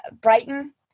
Brighton